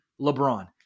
LeBron